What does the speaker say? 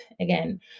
again